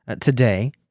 today